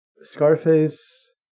Scarface